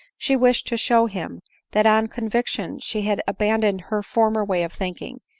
she wished to show him that on conviction she had abandoned her former way of thinking,